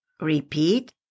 Repeat